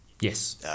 Yes